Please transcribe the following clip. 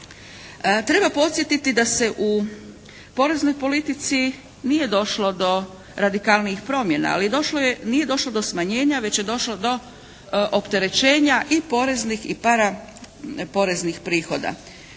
Treba podsjetiti da se u poreznoj politici nije došlo do radikalnijih promjena. Ali došlo je, nije došlo do smanjenja već je došlo do opterećenja i poreznih i paraporeznih prihoda.